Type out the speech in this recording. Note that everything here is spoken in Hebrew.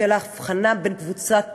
בשל ההבחנה בין קבוצות פגים,